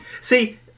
See